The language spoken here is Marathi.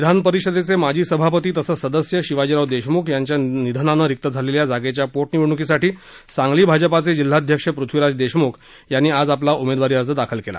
विधानपरिषदेचे माजी सभापती तसच सदस्य शिवाजीराव देशमुख यांच्या निधनानं रिक्त झालेल्या जागेच्या पोटनिवडण्कीसाठी सांगली भाजपाचे जिल्हाध्यक्ष पृथ्वीराज देशम्ख यांनी आज आपला उमेदवारी अर्ज दाखल केला